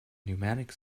pneumatic